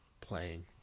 playing